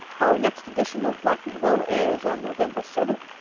our next edition of black nouveau airs on november seventh,